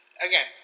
again